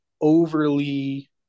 overly